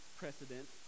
precedent